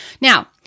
Now